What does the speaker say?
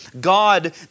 God